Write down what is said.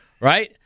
right